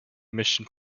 mission